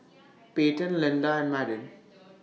Payten Linda and Madden